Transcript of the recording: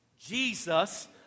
Jesus